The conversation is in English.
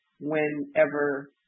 whenever